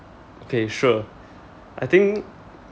okay sure I think